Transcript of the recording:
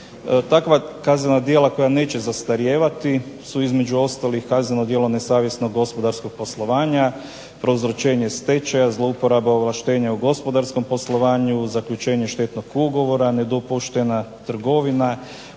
Takva kaznena djela koja neće zastarijevati su između ostalog i kazneno djelo nesavjesnog gospodarskog poslovanja, prouzročenje stečaja, zlouporaba ovlaštenja u gospodarskom poslovanju, zaključenje štetnog ugovora, nedopuštena trgovina,